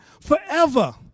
Forever